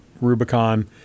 rubicon